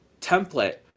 template